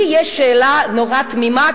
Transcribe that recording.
לי יש שאלה תמימה,